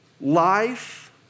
life